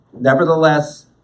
Nevertheless